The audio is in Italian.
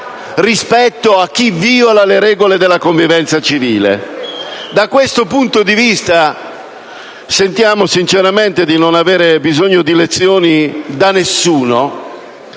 rispetto a chi viola le regole della convivenza civile. Da questo punto di vista sentiamo sinceramente di non avere bisogno di lezioni da nessuno,